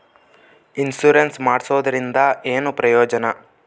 Insurance ಮಾಡ್ಸೋದರಿಂದ ಏನು ಪ್ರಯೋಜನ?